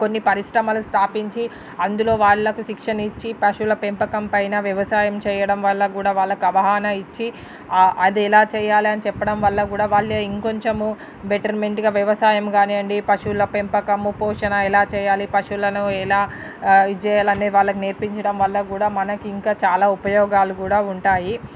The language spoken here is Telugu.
కొన్ని పరిశ్రమలు స్థాపించి అందులో వాళ్ళకు శిక్షనిచ్చి పశువుల పెంపకం పైన వ్యవసాయం చేయడం వల్ల కూడా వాళ్ళకు అవగాహన ఇచ్చి అది ఎలా చేయాలని చెప్పడం వల్ల కూడా వాళ్ళే ఇంకొంచము బెటర్మెంట్గా వ్యవసాయం కానియండి పశువుల పెంపకము పోషణ ఎలా చేయాలి పశువులను ఎలా ఇది చేయాలనే వాళ్ళకు నేర్పించడం వల్ల కూడా మనకి ఇంకా చాలా ఉపయోగాలు కూడా ఉంటాయి